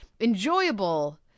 Enjoyable